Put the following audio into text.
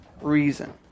reason